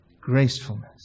gracefulness